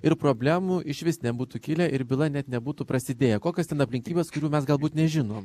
ir problemų išvis nebūtų kilę ir byla net nebūtų prasidėję kokios ten aplinkybės kurių mes galbūt nežinom